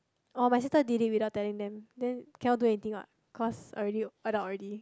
my sister did it without telling them then cannot do anything what cause already adult already